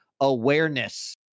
awareness